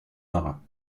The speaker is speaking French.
marin